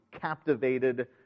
captivated